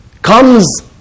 comes